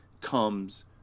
comes